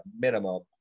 minimum